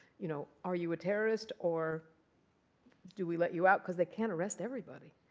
you know are you a terrorist? or do we let you out, because they can arrest everybody.